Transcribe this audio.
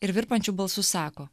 ir virpančiu balsu sako